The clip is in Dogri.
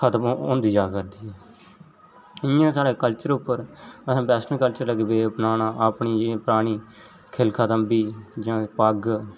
खतम होंदी जा करदी ऐ इ'यां साढ़े कल्चर उप्पर असें वेस्टर्न कल्चर लग्गी पे अपनान अपनी परानी खिलफा तम्बी जि'यां पग्ग